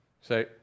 Say